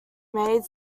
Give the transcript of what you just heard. made